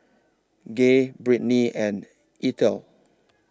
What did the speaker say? Gay Britney and Eithel